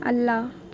ಅಲ್ಲ